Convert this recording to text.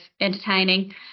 entertaining